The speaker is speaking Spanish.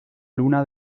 luna